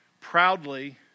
proudly